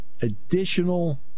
additional